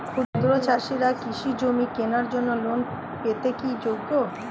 ক্ষুদ্র চাষিরা কৃষিজমি কেনার জন্য লোন পেতে কি যোগ্য?